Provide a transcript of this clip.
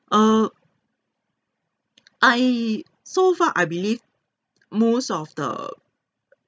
err I so far I believe most of the